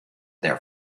there